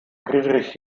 friedrich